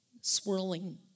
swirling